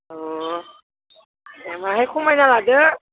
अ दामाहाय खमायना लादो